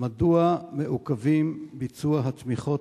על-פי חוק,